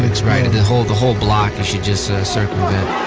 like so right. the whole, the whole block, you should just so circumvent.